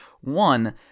One